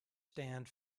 stand